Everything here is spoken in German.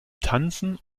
tanzen